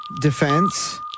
defense